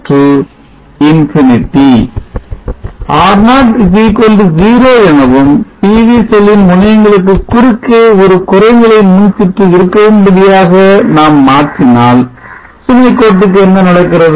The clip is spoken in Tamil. R0 0 எனவும் PV செல்லின் முனையங்களுக்கு குறுக்கே ஒரு குறைநிலை மின்சுற்று இருக்கவும் படியாக ஐ நாம் மாற்றினால் சுமை கோட்டுக்கு என்ன நடக்கிறது